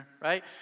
right